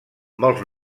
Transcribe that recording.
molts